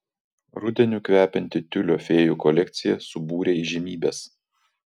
rudeniu kvepianti tiulio fėjų kolekcija subūrė įžymybes